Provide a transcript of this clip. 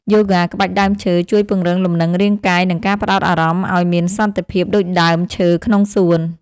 យូហ្គាក្បាច់ដើមឈើ ជួយពង្រឹងលំនឹងរាងកាយ និងការផ្ដោតអារម្មណ៍ឱ្យមានសន្តិភាពដូចដើមឈើក្នុងសួន។